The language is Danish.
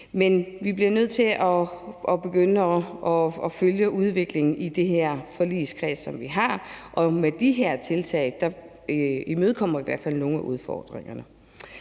Men vi bliver nødt til at begynde at følge udviklingen i den forligskreds, som vi har, og med de her tiltag imødekommer vi i hvert fald nogle af udfordringerne.